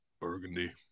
Burgundy